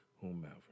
whomever